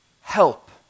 help